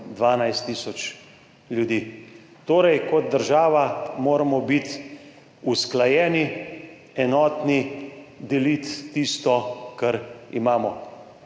12 tisoč ljudi. Torej, kot država moramo biti usklajeni, enotni, deliti tisto, kar imamo.